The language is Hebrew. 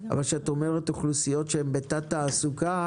כשאת אומרת אוכלוסיות שהן בתת-תעסוקה,